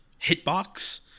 hitbox